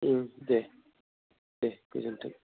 ओं दे दे गोजोनथों